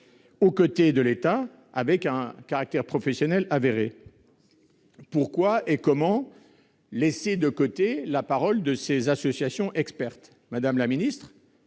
aux côtés de l'État, et leur caractère professionnel est avéré. Pourquoi laisser de côté la parole de ces associations expertes ? Madame la ministre,